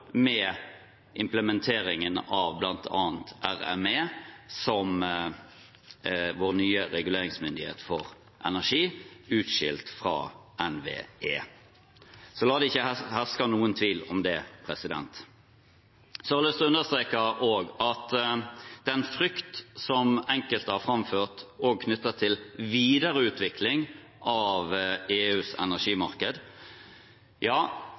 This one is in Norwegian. med utenlandskabler og med implementeringen av bl.a. RME som vår nye reguleringsmyndighet for energi, utskilt fra NVE. La det ikke herske noen tvil om det. Så har jeg òg lyst til å understreke at den frykt som enkelte har framført knyttet til videreutvikling av EUs energimarked,